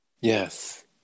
Yes